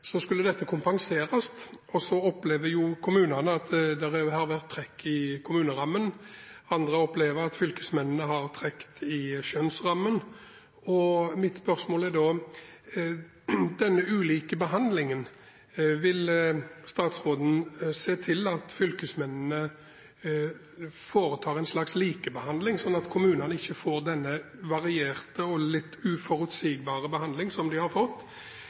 Så skulle dette kompenseres, og så opplever kommunene at det har vært trekk i kommunerammen. Andre opplever at fylkesmennene har trukket i skjønnsrammen. Mitt spørsmål går på denne ulike behandlingen: Vil statsråden se til at fylkesmennene foretar en slags likebehandling, slik at kommunene ikke får denne varierte og litt uforutsigbare behandling som de har fått,